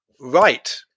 right